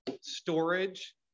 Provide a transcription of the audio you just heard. storage